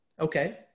Okay